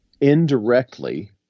Indirectly